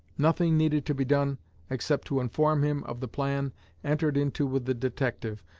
nothing needed to be done except to inform him of the plan entered into with the detective,